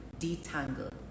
detangle